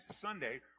Sunday